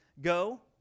Go